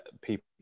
people